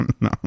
no